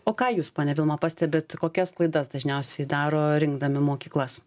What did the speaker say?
o ką jūs ponia vilma pastebit kokias klaidas dažniausiai daro rinkdami mokyklas